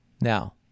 now